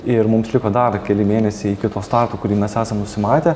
ir mums liko dar keli mėnesiai iki to starto kurį mes esam nusimatę